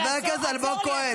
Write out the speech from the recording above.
חבר הכנסת אלמוג כהן.